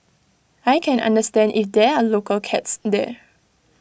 I can understand if there are local cats there